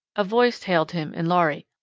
a voice hailed him, in lhari.